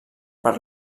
per